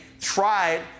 Tried